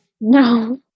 No